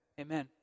Amen